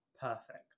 perfect